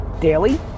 daily